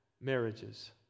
marriages